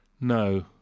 No